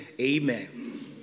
Amen